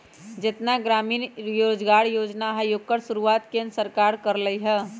जेतना ग्रामीण रोजगार योजना हई ओकर शुरुआत केंद्र सरकार कर लई ह